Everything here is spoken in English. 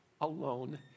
alone